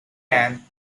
anne